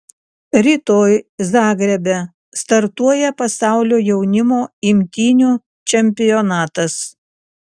rytoj zagrebe startuoja pasaulio jaunimo imtynių čempionatas